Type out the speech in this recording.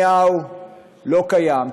נתניהו לא קיים,